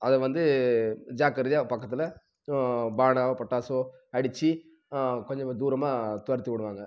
அதை வந்து ஜாக்கிரதையாக பக்கத்தில் பாணம் பட்டாசு அடிச்சு கொஞ்சம் தூரமாக துரத்தி விடுவாங்க